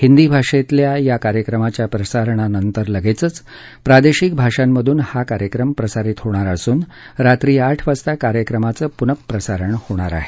हिंदी भाषेतल्या या कार्यक्रमाच्या प्रसारणानंतर लगेचच प्रादेशिक भाषांमधून हा कार्यक्रम प्रसारित होणार असून रात्री आठ वाजता कार्यक्रमाचं पुनःप्रसारण होईल